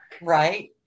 right